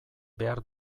behar